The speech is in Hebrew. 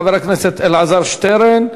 חבר הכנסת אלעזר שטרן,